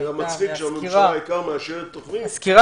--- זה גם מצחיק שהממשלה העיקר מאשרת תוכנית,